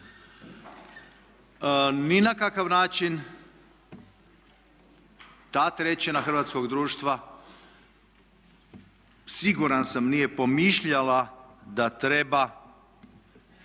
ni na kakav način ta trećina hrvatskog društva siguran sam nije pomišljala da treba